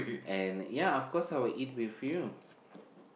and ya of course I'll eat with you